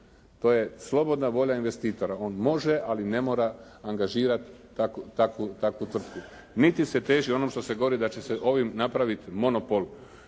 to je slobodna volja investitora, on može ali ne mora angažirat takvu tvrtku. Niti se teži onom što se govori da će se ovim napravit monopol